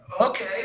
Okay